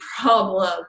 problem